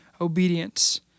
obedience